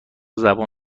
زبان